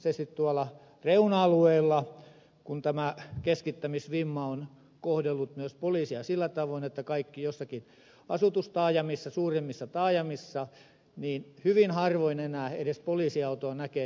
erityisesti tuolla reuna alueilla kun tämä keskittämisvimma on kohdellut myös poliisia sillä tavoin että kaikki ovat jossakin asutustaajamissa suurimmissa taajamissa hyvin harvoin enää edes poliisiautoa näkee